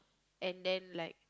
and then like